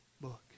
book